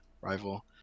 rival